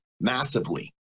massively